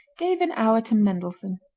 gave an hour to mendelssohn.